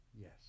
Yes